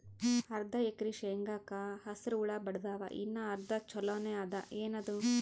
ಅರ್ಧ ಎಕರಿ ಶೇಂಗಾಕ ಹಸರ ಹುಳ ಬಡದಾವ, ಇನ್ನಾ ಅರ್ಧ ಛೊಲೋನೆ ಅದ, ಏನದು?